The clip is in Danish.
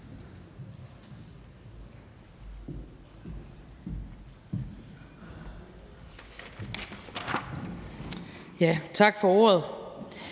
Tak for ordet.